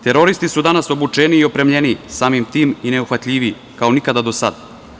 Teroristi su danas obučeni i opremljeniji, samim tim i neuhvatljiviji, kao nikada do sada.